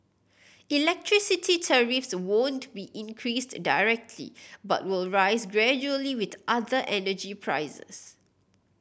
electricity tariffs won't be increased directly but will rise gradually with other energy prices